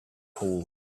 hole